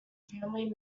family